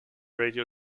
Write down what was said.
radio